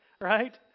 right